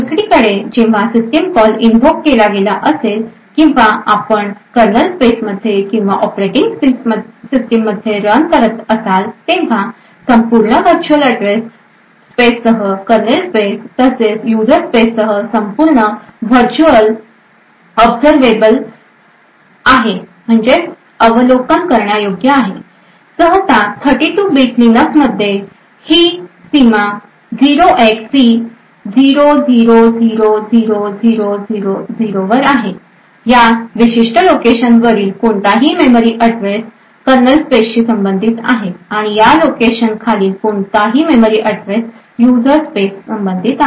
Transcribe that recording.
दुसरीकडे जेव्हा system call invoke केला गेला असेल किंवा आपण कर्नल स्पेसमध्ये किंवा ऑपरेटिंग सिस्टममध्ये रन करत असाल तेव्हा संपूर्ण व्हर्च्युअल अॅड्रेस स्पेससह कर्नल स्पेस तसेच युजर स्पेससह संपूर्ण वर्च्युअल अवलोकन योग्य आहे सहसा 32 बिट लिनक्समध्ये ही सीमा 0xC0000000 वर आहे या विशिष्ट लोकेशनवरील कोणताही मेमरी अॅड्रेस कर्नल स्पेसशी संबंधित आहे आणि या लोकेशनखालील कोणताही मेमरी अॅड्रेस युजर स्पेस संबंधित आहे